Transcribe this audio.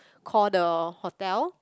call the hotel